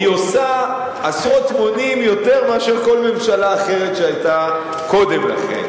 היא עושה עשרות מונים יותר מכל ממשלה אחרת שהיתה קודם לכן.